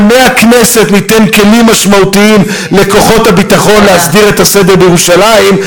ומהכנסת ניתן כלים משמעותיים לכוחות הביטחון להסדיר את הסדר בירושלים,